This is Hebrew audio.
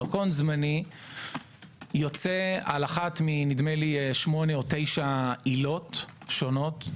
דרכון זמני יוצא על אחת מנדמה לי 8 או 9 עילות שונות,